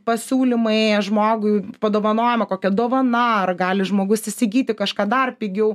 pasiūlymai žmogui padovanojama kokia dovana ar gali žmogus įsigyti kažką dar pigiau